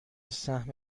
سهم